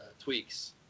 tweaks